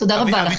תודה רבה לכם.